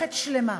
מערכת שלמה.